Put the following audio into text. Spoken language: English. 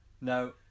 No